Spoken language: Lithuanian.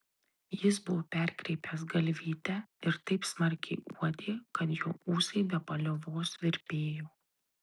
jis buvo perkreipęs galvytę ir taip smarkiai uodė kad jo ūsai be paliovos virpėjo